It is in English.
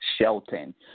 Shelton